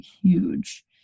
huge